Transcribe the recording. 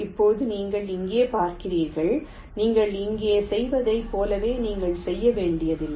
இப்போது நீங்கள் இங்கே பார்க்கிறீர்கள் நீங்கள் இங்கே செய்ததைப் போலவே நீங்கள் செய்ய வேண்டியதில்லை